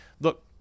Look